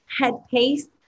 headpiece